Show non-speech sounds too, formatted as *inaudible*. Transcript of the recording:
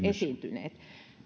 *unintelligible* esiintyneet